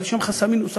אבל יש גם חסמים נוספים.